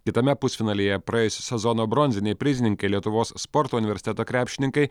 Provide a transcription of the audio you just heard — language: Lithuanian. kitame pusfinalyje praėjusio sezono bronziniai prizininkai lietuvos sporto universiteto krepšininkai